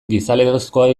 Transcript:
gizalegezkoa